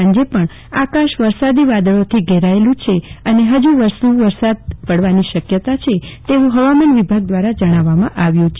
સાંજે પણ આકાશ વરસાદી વાદળોથી ઘેરાયેલુ છે અને ફજુ વધુ વરસાદ પડવાની શક્યતાઓ છે તેવુ ફવામાન વિભાગ દ્રારા જણાવવામા આવેલ છે